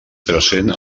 present